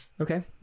Okay